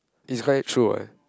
it's quite true what